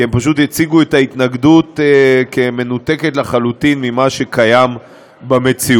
כי הם פשוט הציגו את ההתנגדות כמנותקת לחלוטין ממה שקיים במציאות.